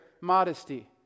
modesty